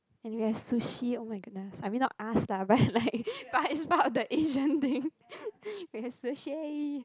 and we have sushi oh my goodness I mean not us lah but like but it's part of the Asian thing we have sushi